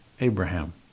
Abraham